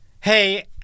Hey